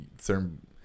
certain